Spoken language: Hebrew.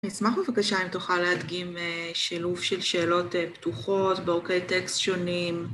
נשמח בבקשה אם תוכל להדגים שילוב של שאלות פתוחות באורכי טקסט שונים.